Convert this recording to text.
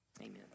amen